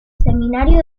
seminario